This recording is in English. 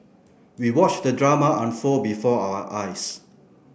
we watched the drama unfold before our eyes